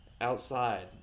Outside